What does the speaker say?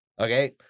okay